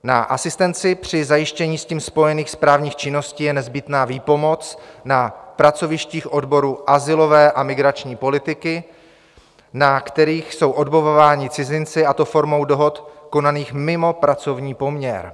Na asistenci při zajištění s tím spojených správních činností je nezbytná výpomoc na pracovištích odboru azylové a migrační politiky, na kterých jsou odbavováni cizinci, a to formou dohod konaných mimo pracovní poměr.